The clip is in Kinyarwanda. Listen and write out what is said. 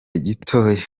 gitoya